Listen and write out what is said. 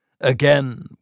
again